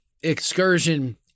excursion